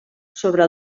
sobre